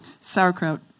Sauerkraut